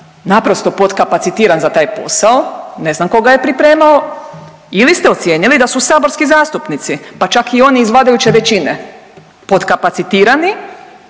naprosto potkapacitiran za taj posao, ne znam tko ga je pripremao ili ste ocijenili da su saborski zastupnici pa čak i oni iz vladajuće većine potkapacitirani